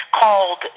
called